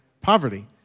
poverty